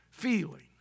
feeling